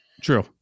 True